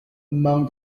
among